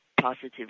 positive